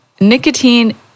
nicotine